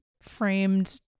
framed